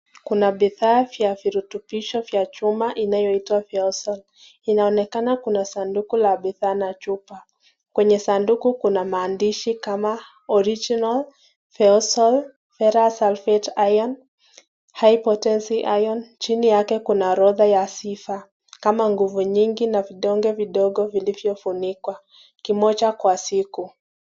Kuna bidhaa vya virutubisho vya chumaa inayoitwa viosel. Inaonekana kuna sanduku la bidhaa na chupa. Kwenye sanduku kuna maandishi kama [Original Ferol Sulphate iron, hypotecy iron]. Chini yake kuna orodha ya sifa kama nguvu mingi na vidonge vidogo vilivyofunikwa, kimoja kwa siku.